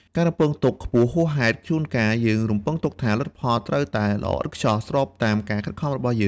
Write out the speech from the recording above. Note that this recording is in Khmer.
ការរំពឹងទុកខ្ពស់ហួសហេតុជួនកាលយើងរំពឹងទុកថា លទ្ធផលត្រូវតែល្អឥតខ្ចោះ ស្របតាមការខិតខំរបស់យើង។